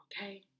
Okay